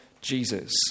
Jesus